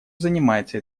занимается